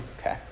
Okay